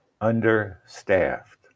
understaffed